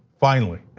finally,